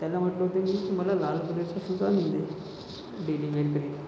त्याला म्हटलं होतं मी की मला लाल कलरचे सूज आणून दे डेलीवेरसाठी